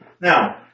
Now